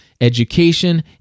education